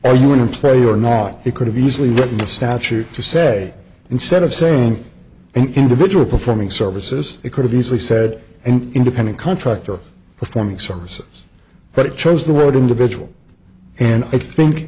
are you an employee or not you could have easily written a statute to say instead of saying an individual performing services it could have easily said an independent contractor performing services but it chose the word individual and i think